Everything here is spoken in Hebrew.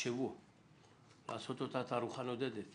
תחשבו לעשות אותה תערוכה נודדת